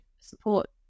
support